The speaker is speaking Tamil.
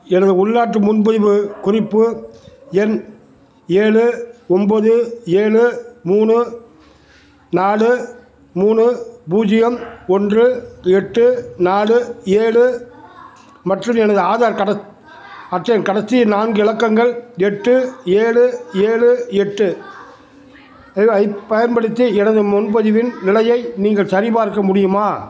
எனது உள்நாட்டு முன்பதிவு குறிப்பு எண் ஏழு ஒம்போது ஏழு மூணு நாலு மூணு பூஜ்ஜியம் ஒன்று எட்டு நாலு ஏழு மற்றும் எனது ஆதார் கட அட்டையின் கடைசி நான்கு இலக்கங்கள் எட்டு ஏழு ஏழு எட்டு ஐப் பயன்படுத்தி எனது முன்பதிவின் நிலையை நீங்கள் சரிபார்க்க முடியுமா